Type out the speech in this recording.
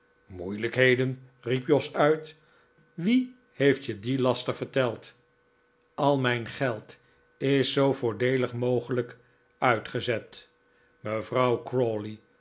moeilijkheden riep jos uit wie heeft je dien laster verteld al mijn geld is zoo voordeelig mogelijk uitgezet mevrouw